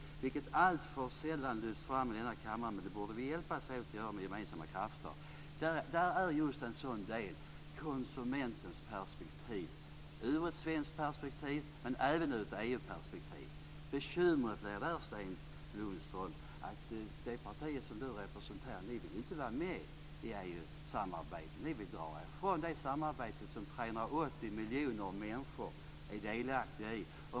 Det lyfts alltför sällan fram i denna kammare, men vi borde hjälpas åt att göra det med gemensamma krafter. Där finns det just en sådan del; konsumentens perspektiv. Det handlar om ett svenskt perspektiv men även om ett EU-perspektiv. Bekymret är att det parti som Sten Lundström representerar inte vill vara med i EU-samarbetet. Ni vill dra er undan det samarbete som 380 miljoner människor är delaktiga i.